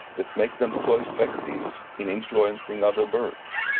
that makes them so effective in influencing other birds?